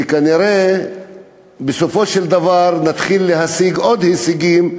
וכנראה בסופו של דבר נתחיל להשיג עוד הישגים,